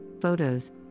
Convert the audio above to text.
Photos